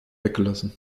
weggelassen